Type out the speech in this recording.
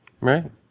Right